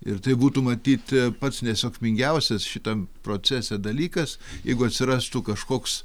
ir tai būtų matyti pats nesėkmingiausias šitam procese dalykas jeigu atsirastų kažkoks